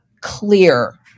clear